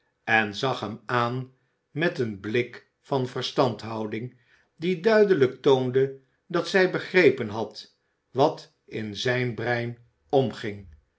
en zag hem aan met een blik van verstandhouding die duidelijk toonde dat zij begrepen had wat in zijn brein omging